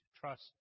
trust